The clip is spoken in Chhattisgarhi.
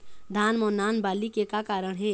धान म नान बाली के का कारण हे?